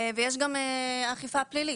ויש גם אכיפה פלילית.